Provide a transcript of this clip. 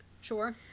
Sure